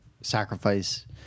Sacrifice